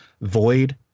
Void